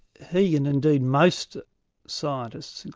he and indeed most scientists,